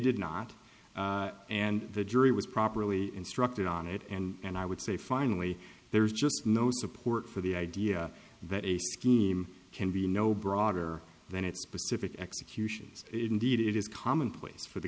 did not and the jury was properly instructed on it and i would say finally there's just no support for the idea that a scheme can be no broader than it's specific executions indeed it is commonplace for the